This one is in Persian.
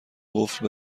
قفل